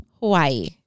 hawaii